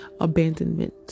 Abandonment